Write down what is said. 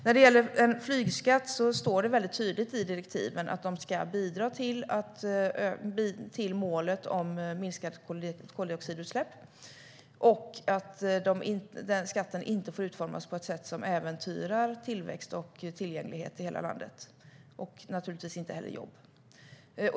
När det gäller flygskatt står det väldigt tydligt i direktiven att en sådan ska bidra till målet om minskat koldioxidutsläpp och att skatten inte får utformas på ett sätt som äventyrar tillväxt och tillgänglighet i hela landet och naturligtvis inte heller jobb.